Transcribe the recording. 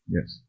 Yes